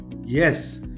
Yes